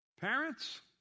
Parents